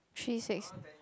three six